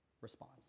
response